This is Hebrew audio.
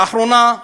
לאחרונה,